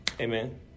Amen